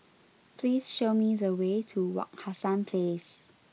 please show me the way to Wak Hassan Place